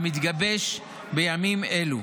המתגבש בימים אלו.